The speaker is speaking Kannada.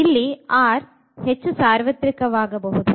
ಇಲ್ಲಿ R ಹೆಚ್ಚು ಸಾರ್ವತ್ರಿಕವಾಗಬಹುದು